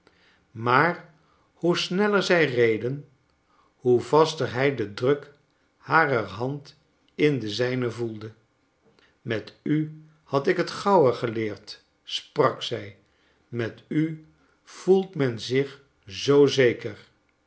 maar hoe sneller zij reden hoe vaster hij den druk harer hand in de zijne voelde met u had ik het gauwer geleerd sprak zij met u voelt men zich zoo zeker